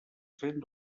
cent